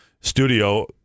studio